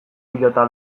pilota